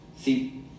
See